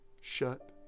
Shut